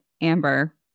Amber